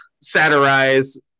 satirize